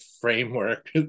framework